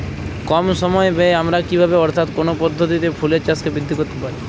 কম সময় ব্যায়ে আমরা কি ভাবে অর্থাৎ কোন পদ্ধতিতে ফুলের চাষকে বৃদ্ধি করতে পারি?